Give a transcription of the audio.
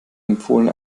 empfohlen